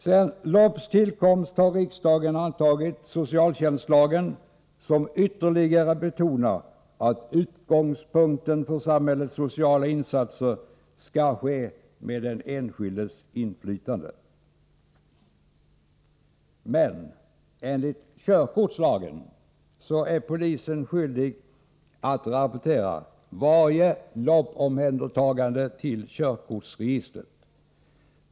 Sedan LOB:s tillkomst har riksdagen antagit socialtjänstlagen, som ytterligare betonar att utgångspunkten för samhällets sociala insatser skall vara den enskildes bästa och att han själv skall kunna utöva ett inflytande. Men enligt körkortslagen är polisen skyldig att rapportera varje LOB omhändertagande till körkortsregistret.